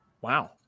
wow